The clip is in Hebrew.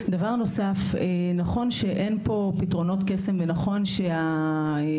דבר נוסף - נכון שאין פה פתרונות קסם ונכון שבנות